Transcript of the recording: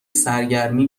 سرگرمی